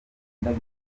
imbere